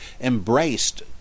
embraced